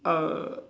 err